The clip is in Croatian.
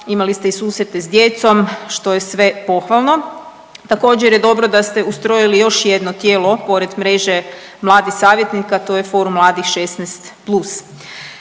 imali ste i susrete s djecom što je sve pohvalno. Također je dobro da ste ustrojili još jedno tijelo pored mreže mladih savjetnika, a to je forum mladih 16